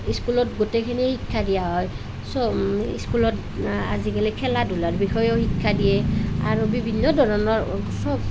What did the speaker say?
স্কুলত গোটেইখিনি শিক্ষা দিয়া হয় চব স্কুলত আজিকালি খেলা ধূলা বিষয়েও শিক্ষা দিয়ে আৰু বিভিন্ন ধৰণৰ চব